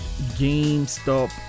GameStop